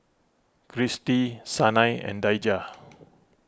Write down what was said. Cristy Sanai and Daija